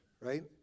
Right